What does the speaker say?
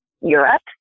Europe